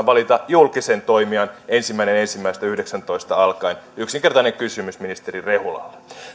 valita julkisen toimijan ensimmäinen ensimmäistä kaksituhattayhdeksäntoista alkaen yksinkertainen kysymys ministeri rehulalle